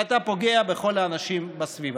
ואתה פוגע בכל האנשים בסביבה.